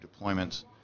deployments